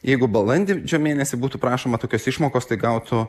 jeigu balandį šį mėnesį būtų prašoma tokios išmokos tai gautų